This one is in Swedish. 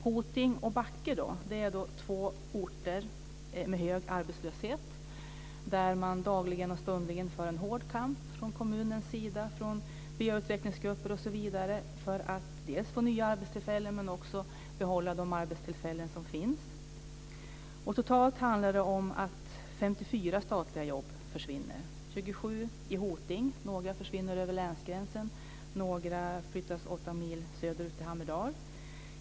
Hoting och Backe är två orter med hög arbetslöshet. Där för man dagligen och stundligen en hård kamp från kommunens och byautvecklingsgruppers sida för att få nya arbetstillfällen men också för att få behålla de arbetstillfällen som finns. Totalt handlar det om att 54 statliga jobb försvinner. 27 försvinner i Hoting. Några försvinner över länsgränsen, och några flyttas åtta mil söder ut till Hammerdal.